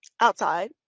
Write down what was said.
outside